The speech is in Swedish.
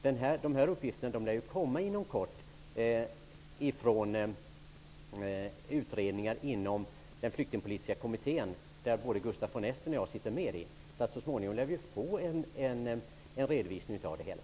De här uppgifterna lär läggas fram inom kort av utredningar inom den flyktingpolitiska kommittén, där både Gustaf von Essen och jag sitter med. Så småningom lär vi alltså få en redovisning av det hela.